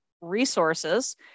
resources